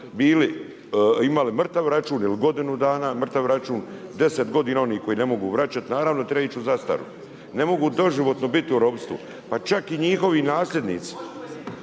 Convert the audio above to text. imali mrtav računa ili godinu dana mrtav račun, 10 godina oni koji ne mogu vraćati, naravno treba ići u zastaru, ne mogu doživotno biti u ropstvu. Pa čak i njihovi nasljednici,